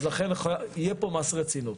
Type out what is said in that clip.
אז לכן יהיה פה מס רצינות.